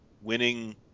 winning